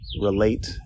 relate